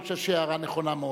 אני חושב שהיא הערה נכונה מאוד,